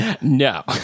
No